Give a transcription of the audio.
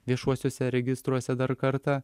viešuosiuose registruose dar kartą